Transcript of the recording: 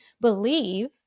believe